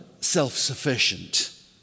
self-sufficient